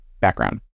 background